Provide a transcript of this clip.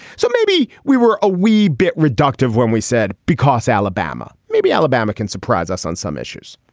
so maybe we were a wee bit reductive when we said because alabama maybe alabama can surprise us on some issues.